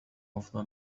أفضل